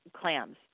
clams